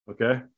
Okay